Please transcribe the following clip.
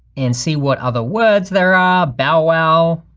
and see what other words there are. bowwow,